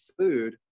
food